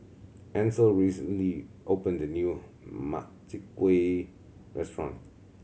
Ansel recently opened a new Makchang Gui restaurant